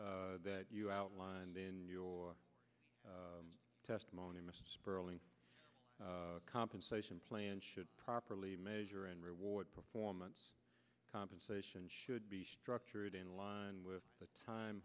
that you outlined in your testimony the compensation plan should properly measure and reward performance compensation should be structured in line with the time